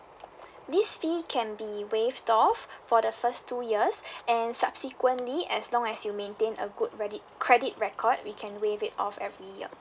this fee can be waived off for the first two years and subsequently as long as you maintain a good redit~ credit record we can waive it off every year